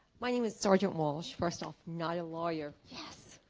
my name is sergeant walsh first off not a lawyer yes